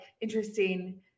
interesting